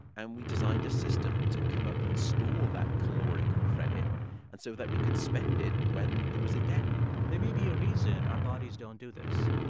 and we designed a system to come up and store that caloric credit and so that we could spend it when there was a debt there may be a reason our bodies don't do this.